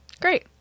Great